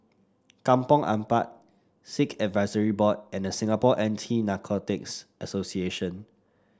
Kampong Ampat Sikh Advisory Board and The Singapore Anti Narcotics Association